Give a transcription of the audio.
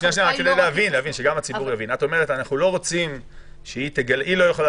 רק כדי להבין וכדי שגם הציבור יבין: את אומרת שהיא לא יכולה